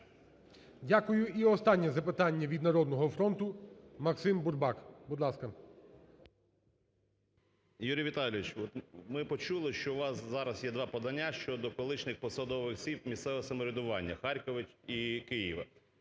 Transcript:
Дякую. І останнє запитання від "Народного фронту". Максим Бурбак, будь ласка. 17:17:38 БУРБАК М.Ю. Юрій Віталійович, от ми почули, що у вас зараз є два подання щодо колишніх посадових осіб місцевого самоврядування: Харкова і Києва.